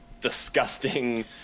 disgusting